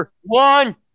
one